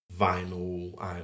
vinyl